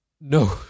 No